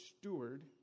steward